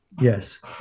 Yes